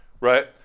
right